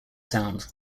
sound